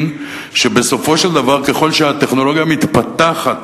שבסופו של דבר ככל שהטכנולוגיה מתפתחת